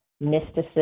mysticism